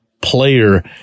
player